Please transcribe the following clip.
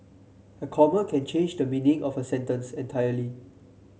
a comma can change the meaning of a sentence entirely